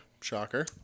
Shocker